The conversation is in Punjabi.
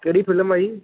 ਕਿਹੜੀ ਫਿਲਮ ਆਈ